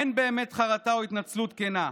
אין באמת חרטה או התנצלות כנה,